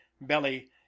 belly